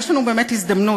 יש לנו באמת הזדמנות,